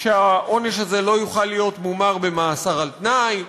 שהעונש הזה לא יוכל להיות מומר במאסר על-תנאי.